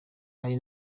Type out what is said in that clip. danny